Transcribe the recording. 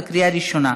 בקריאה ראשונה.